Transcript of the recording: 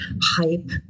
hype